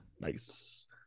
Nice